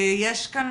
יש כאן